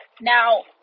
Now